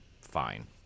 fine